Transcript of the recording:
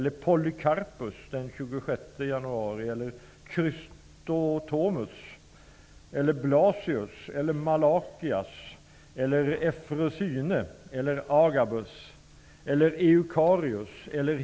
Det är inte de namnen som motionären -- eller utskottet -- vill bevara.